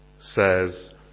says